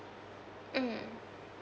mm